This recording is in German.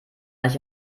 nicht